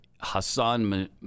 Hassan